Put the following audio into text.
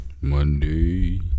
Monday